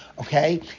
Okay